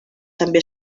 també